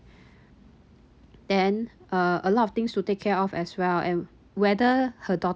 then uh a lot of things to take care of as well and whether her daughter